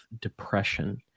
depression